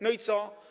No i co?